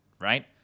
right